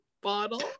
bottle